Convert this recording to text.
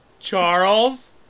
Charles